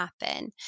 happen